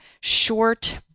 short